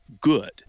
good